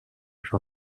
for